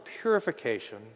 purification